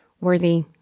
worthy